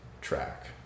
track